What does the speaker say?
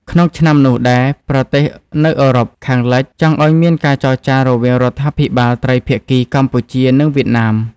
ក្នុងឆ្នាំនោះដែរ ប្រទេសនៅអឺរ៉ុបខាងលិចចង់ឱ្យមានការចរចារវាងរដ្ឋាភិបាលត្រីភាគីកម្ពុជា និងវៀតណាម។